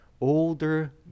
older